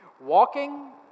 Walking